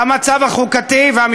אנחנו מכבדים אותך מאוד, ונצפצף עליו.